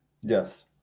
yes